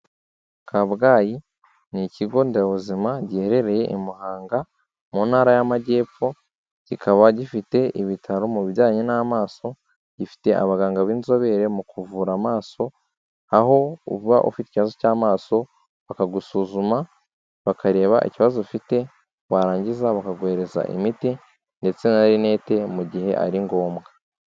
Kabgayi ni ikigo nderabuzima giherereye i Muhanga mu ntara y'amajyepfo, kikaba gifite ibitaro mu bijyanye n'amaso gifite abaganga b'inzobere mu kuvura amaso, aho uba ufite ikibazo cy'amaso bakagusuzuma bakareba ikibazo ufite barangiza bakaguhereza imiti, ndetse na rinete mu gihe ari ngombwa.